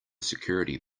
security